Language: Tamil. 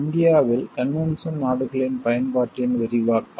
இந்தியாவில் கன்வென்ஷன் நாடுகளின் பயன்பாட்டின் விரிவாக்கம்